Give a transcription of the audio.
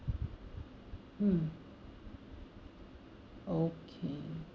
mm okay